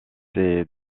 ces